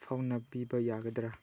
ꯐꯥꯎꯅꯕꯤꯕ ꯌꯥꯒꯗ꯭ꯔꯥ